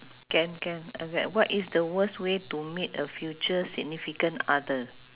can can okay what is the worst way to meet a future significant other